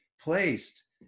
placed